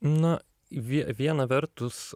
na vie viena vertus